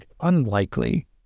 unlikely